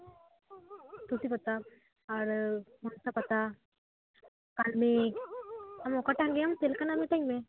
ᱛᱩᱞᱥᱤ ᱯᱟᱛᱟ ᱟᱨ ᱢᱚᱱᱥᱟ ᱯᱟᱛᱟ ᱠᱟᱞᱢᱮᱜᱽ ᱟᱢ ᱚᱠᱟᱴᱟᱝ ᱜᱮ ᱪᱮᱫᱞᱮᱠᱟᱜ ᱢᱤᱛᱟᱹᱧ ᱢᱮ